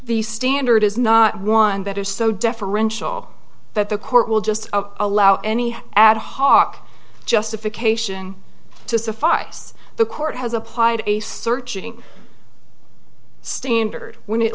the standard is not one that is so deferential that the court will just allow any ad hoc justification to suffice the court has applied a searching standard when it